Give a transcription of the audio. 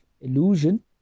illusion